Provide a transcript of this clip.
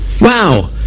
Wow